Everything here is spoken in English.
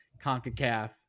CONCACAF